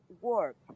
work